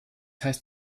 heißt